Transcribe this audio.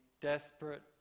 desperate